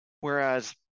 Whereas